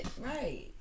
Right